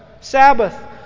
Sabbath